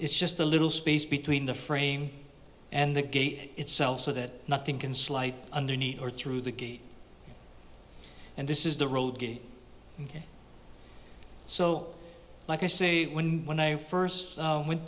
it's just a little space between the frame and the gate itself so that nothing can slide underneath or through the gate and this is the road gate so like i say when when i first went